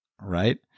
right